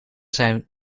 zijn